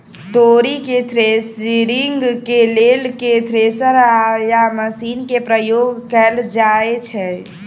तोरी केँ थ्रेसरिंग केँ लेल केँ थ्रेसर या मशीन केँ प्रयोग कैल जाएँ छैय?